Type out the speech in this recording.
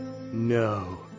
No